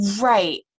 right